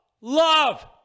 love